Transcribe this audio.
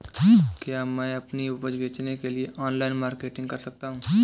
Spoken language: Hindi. क्या मैं अपनी उपज बेचने के लिए ऑनलाइन मार्केटिंग कर सकता हूँ?